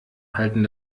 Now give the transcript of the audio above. halten